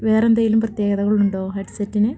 വേറെ എന്തേലും പ്രത്യേകതകളുണ്ടോ ഹെഡ് സെറ്റിന്